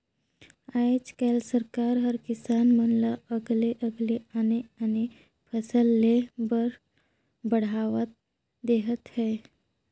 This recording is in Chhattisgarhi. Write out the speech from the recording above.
आयज कायल सरकार हर किसान मन ल अलगे अलगे आने आने फसल लेह बर बड़हावा देहत हे